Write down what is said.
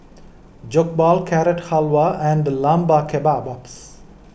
Jokbal Carrot Halwa and Lamb Kebabs